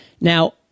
Now